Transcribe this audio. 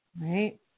right